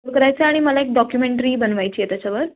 explore करायचं आहे आणि मला एक डॉक्युमेंटरी बनवायची आहे त्याच्यावर